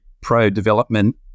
pro-development